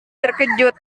terkejut